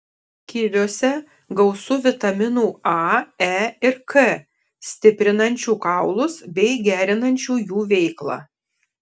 kiviuose gausu vitaminų a e ir k stiprinančių kaulus bei gerinančių jų veiklą